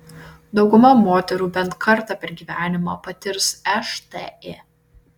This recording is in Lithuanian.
dauguma moterų bent kartą per gyvenimą patirs šti